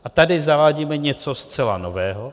A tady zavádíme něco zcela nového.